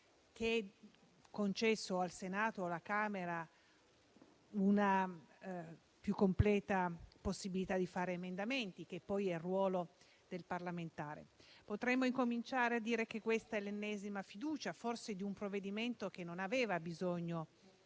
e conceda al Senato o alla Camera una più completa possibilità di presentare emendamenti, che poi è il ruolo del parlamentare. Potremmo incominciare a dire che questa è l'ennesima fiducia, che forse questo provvedimento non aveva bisogno